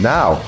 Now